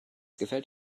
gefällt